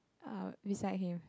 uh beside him